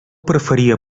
preferia